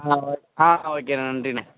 ஆ okay ஆ ஓகேண்ணே நன்றிண்ண